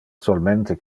solmente